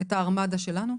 את הארמדה שלנו.